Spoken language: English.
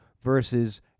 versus